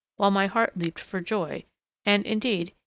while my heart leaped for joy and, indeed,